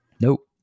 Nope